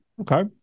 Okay